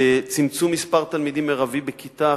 בצמצום מספר תלמידים מרבי בכיתה עכשיו,